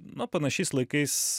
na panašiais laikais